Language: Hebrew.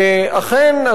ואכן,